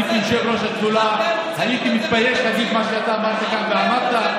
אני כיושב-ראש השדולה הייתי מתבייש להגיד מה שאתה עמדת כאן ואמרת,